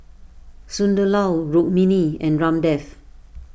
Sunderlal Rukmini and Ramdev